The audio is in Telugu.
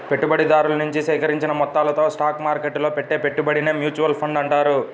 పెట్టుబడిదారుల నుంచి సేకరించిన మొత్తాలతో స్టాక్ మార్కెట్టులో పెట్టే పెట్టుబడినే మ్యూచువల్ ఫండ్ అంటారు